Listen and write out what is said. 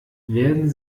werden